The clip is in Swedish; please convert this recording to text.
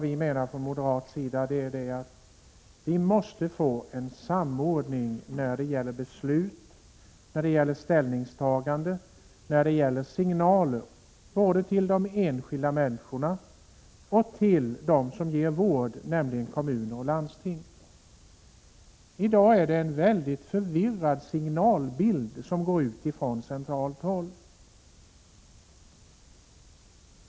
Vi menar från moderat sida att det måste ske en samordning av beslut, av ställningstaganden och av signaler både till de enskilda människorna och till dem som ger I dag är det en mycket förvirrad signalbild som går ut från centralt håll.